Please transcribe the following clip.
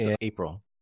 April